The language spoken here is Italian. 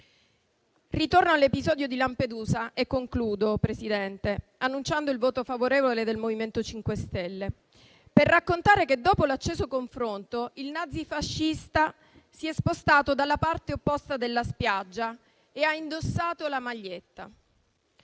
Ritorno all'episodio di Lampedusa - e concludo, Presidente, annunciando il voto favorevole del MoVimento 5 Stelle - per raccontare che, dopo l'acceso confronto, il nazifascista si è spostato dalla parte opposta della spiaggia e ha indossato la maglietta.